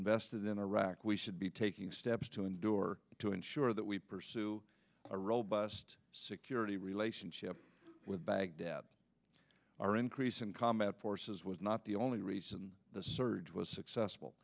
invested in iraq we should be taking steps to endure to ensure that we pursue a robust security relationship with baghdad our increase in combat forces was not the only reason the surge was successful